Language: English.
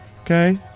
Okay